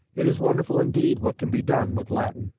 it is wonderful indeed what can be done with latin.